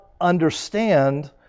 understand